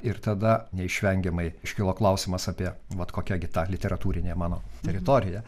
ir tada neišvengiamai iškilo klausimas apie bet kokia gi ta literatūrinė mano teritorija